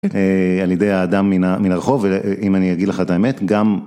על ידי האדם מן הרחוב, ואם אני אגיד לך את האמת, גם...